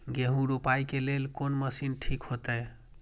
गेहूं रोपाई के लेल कोन मशीन ठीक होते?